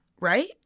Right